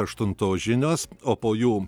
aštuntos žinios o po jų